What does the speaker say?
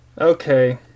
Okay